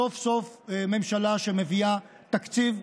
סוף-סוף ממשלה שמביאה תקציב.